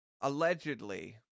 Allegedly